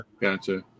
gotcha